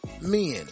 men